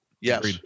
Yes